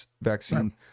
vaccine